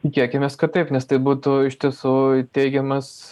tikėkimės kad taip nes tai būtų iš tiesų teigiamas